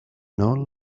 nor